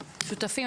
השותפים,